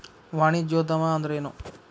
ವಾಣಿಜ್ಯೊದ್ಯಮಾ ಅಂದ್ರೇನು?